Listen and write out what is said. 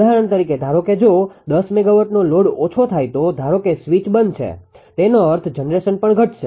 ઉદાહરણ તરીકે ધારો કે જો 10 મેગાવાટનો લોડ ઓછો થાય તો ધારો કે સ્વીચ બંધ છે તેનો અર્થ જનરેશન પણ ઘટશે